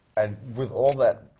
and with all that,